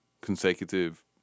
consecutive